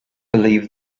believe